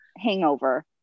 hangover